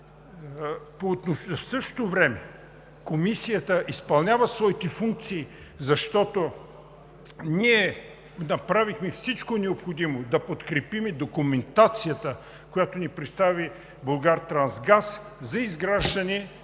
В същото време Комисията изпълнява своите функции, защото ние направихме всичко необходимо да подкрепим документацията, която ни представи „Булгартрансгаз“ за разширение